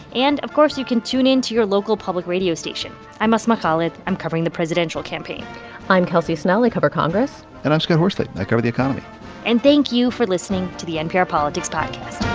and, of course, you can tune in to your local public radio station i'm asma khalid. i'm covering the presidential campaign i'm kelsey snell. i cover congress and i'm scott horsley. i cover the economy and thank you for listening to the npr politics podcast